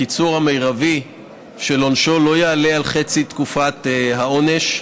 הקיצור המרבי של עונשו לא יעלה על חצי תקופת העונש,